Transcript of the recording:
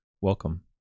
welcome